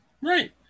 Right